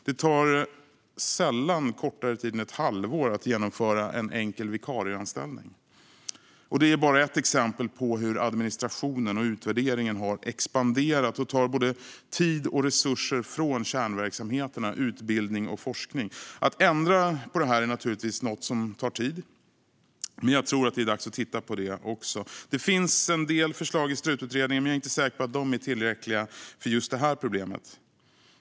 Det tar sällan kortare tid än ett halvår att genomföra en enkel vikarieanställning. Det är bara ett exempel på hur administrationen och utvärderingen har expanderat och tagit både tid och resurser från kärnverksamheterna: utbildning och forskning. Att ändra på det här är naturligtvis något som tar tid, men jag tror att det är dags att titta också på det. Det finns en del förslag i Strututredningen, men jag är inte säker på att de är tillräckliga för just det här problemet.